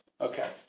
Okay